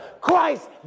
Christ